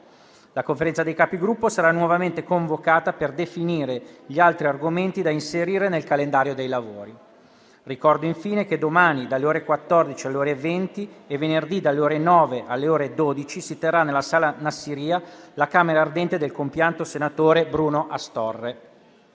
La Conferenza dei Capigruppo sarà nuovamente convocata per definire gli altri argomenti da inserire nel calendario dei lavori. Ricordo, infine, che domani, dalle ore 14 alle ore 20, e venerdì, dalle ore 9 alle ore 12, si terrà nella sala Nassirya la camera ardente del compianto senatore Bruno Astorre.